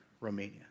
Romania